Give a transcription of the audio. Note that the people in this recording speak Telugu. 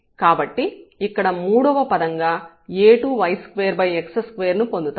కాబట్టి ఇక్కడ మూడవ పదంగా a2y2x2ను పొందుతాము